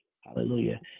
Hallelujah